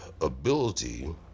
ability